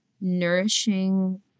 nourishing